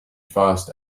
fast